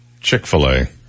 chick-fil-a